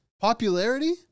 popularity